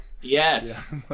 Yes